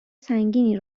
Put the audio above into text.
سنگینی